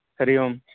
हरिः ओम्